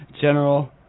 General